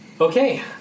Okay